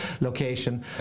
location